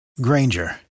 Granger